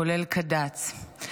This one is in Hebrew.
כולל קד"ץ,